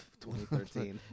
2013